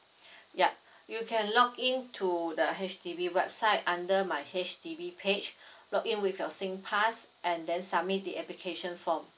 yup you can login to the H_D_B website under my H_D_B page login with your singpass and then submit the application form